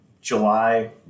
July